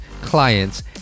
clients